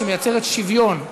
שמייצרת שוויון,